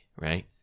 right